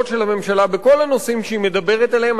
של הממשלה בכל הנושאים שהיא מדברת עליהם,